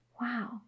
Wow